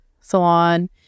salon